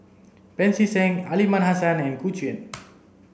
Pancy Seng Aliman Hassan and Gu Juan